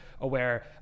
aware